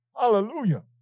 Hallelujah